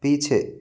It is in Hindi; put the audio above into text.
पीछे